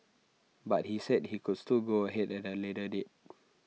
but he said he coulds still go ahead at A later date